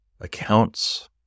accounts